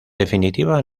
definitiva